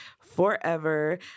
forever